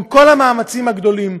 עם כל המאמצים הגדולים,